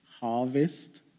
harvest